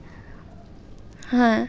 হ্যাঁ